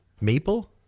Maple